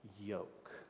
yoke